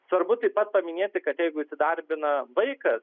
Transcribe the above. svarbu taip pat paminėti kad jeigu įsidarbina vaikas